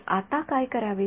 तर आता मी काय करावे